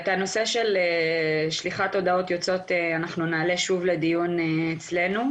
את הנושא של שליחת הודעות יוצאות אנחנו נעלה שוב לדיון אצלנו,